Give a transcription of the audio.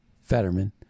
Fetterman